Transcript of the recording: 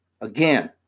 Again